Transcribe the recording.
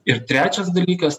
ir trečias dalykas